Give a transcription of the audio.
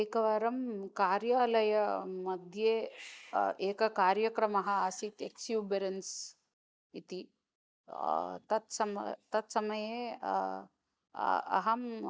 एकवारं कार्यालयमध्ये एकः कार्यक्रमः आसीत् एक्स्युबरेन्स् इति तत् सम तत्समये अहम्